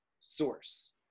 source